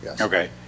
Okay